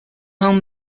home